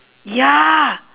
ya